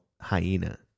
hyena